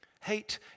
Hate